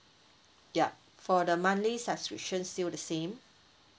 yup for the monthly subscription still the same